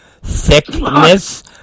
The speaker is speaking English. thickness